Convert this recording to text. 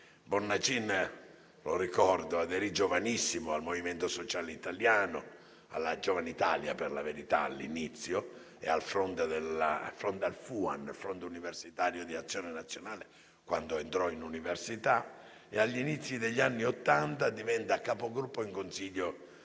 Bornacin - lo ricordo - aderì giovanissimo al Movimento Sociale Italiano (alla Giovane Italia, per la verità, all'inizio), e al Fronte Universitario d'Azione Nazionale (FUAN) quando entrò in università. Agli inizi degli anni Ottanta divenne Capogruppo in Consiglio regionale